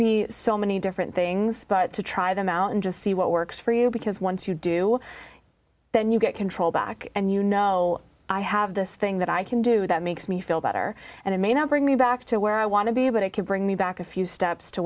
be so many different things but to try them out and just see what works for you because once you do then you get control back and you know i have this thing that i can do that makes me feel better and it may not bring me back to where i want to be but i can bring me back a few steps to